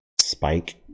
spike